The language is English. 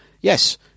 Yes